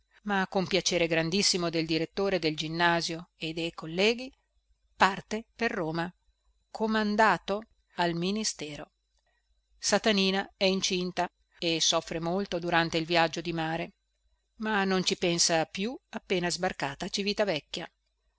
ma con piacere grandissimo del direttore del ginnasio e dei colleghi parte per roma comandato al ministero satanina è incinta e soffre molto durante il viaggio di mare ma non ci pensa più